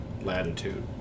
Latitude